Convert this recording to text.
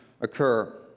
occur